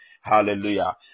Hallelujah